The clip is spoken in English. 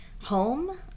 home